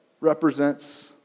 represents